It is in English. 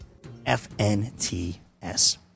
FNTS